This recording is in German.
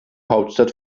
hauptstadt